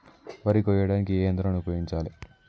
వరి కొయ్యడానికి ఏ యంత్రాన్ని ఉపయోగించాలే?